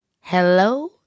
Hello